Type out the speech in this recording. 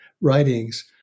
writings